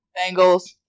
Bengals